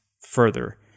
further